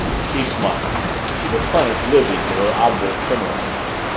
she smiled she would punish lizzie for her obdurate timorousness.